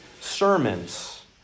sermons